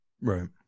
Right